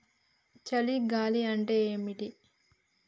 చలి గాలి అంటే ఏమిటి?